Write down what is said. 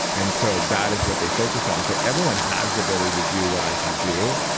and so that is what they focus on so everyone has the ability to do what i can do.